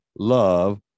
love